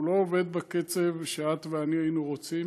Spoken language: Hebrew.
הוא לא עובד בקצב שאת ואני היינו רוצים.